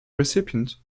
recipient